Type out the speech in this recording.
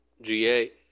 GA